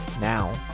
now